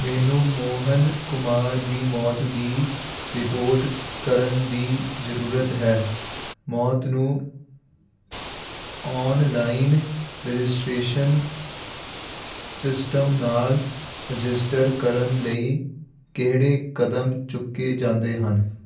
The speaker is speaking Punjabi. ਮੈਨੂੰ ਮੋਹਨ ਕੁਮਾਰ ਦੀ ਮੌਤ ਦੀ ਰਿਪੋਰਟ ਕਰਨ ਦੀ ਜ਼ਰੂਰਤ ਹੈ ਮੌਤ ਨੂੰ ਔਨਲਾਈਨ ਰਜਿਸਟ੍ਰੇਸ਼ਨ ਸਿਸਟਮ ਨਾਲ ਰਜਿਸਟਰ ਕਰਨ ਲਈ ਕਿਹੜੇ ਕਦਮ ਚੁੱਕੇ ਜਾਂਦੇ ਹਨ